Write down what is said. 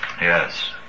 Yes